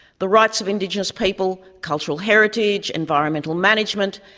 the rights of indigenous people, cultural heritage, environmental management,